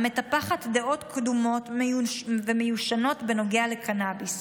המטפחת דעות קדומות ומיושנות בנוגע לקנביס.